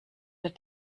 der